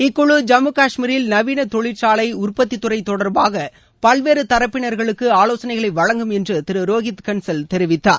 இக்குழு ஜம்மு காஷ்மீரில் நவீன தொழிற்சாலை உற்பத்தி துறை தொடர்பாக பல்வேறு தரப்பினர்களுக்கு ஆலோசனைகளை வழங்கும் என்று திரு ரோஹித் கன்சல் தெரிவித்தார்